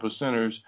percenters